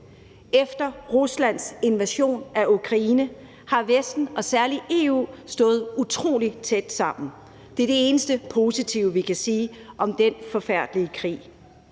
Efter Ruslands invasion af Ukraine har Vesten og særlig EU stået utrolig tæt sammen – det er det eneste positive, vi kan sige om den forfærdelige krig